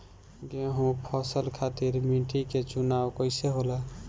गेंहू फसल खातिर मिट्टी के चुनाव कईसे होला?